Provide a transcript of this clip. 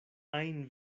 ajn